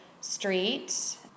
street